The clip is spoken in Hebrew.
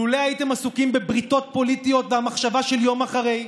לולא הייתם עסוקים בבריתות פוליטיות במחשבה של יום אחרי.